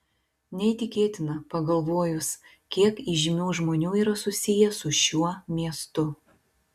neįtikėtina pagalvojus kiek įžymių žmonių yra susiję su šiuo miestu